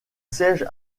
siège